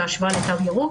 בהשוואה לתו ירוק.